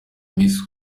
miss